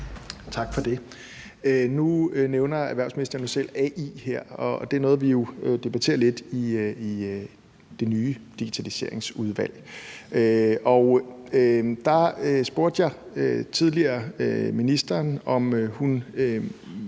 Tak for det. Nu nævner erhvervsministeren jo her selv AI, og det er jo noget, vi debatterer lidt i det nye digitaliseringsudvalg, og der spurgte jeg tidligere digitaliseringsministeren, om hun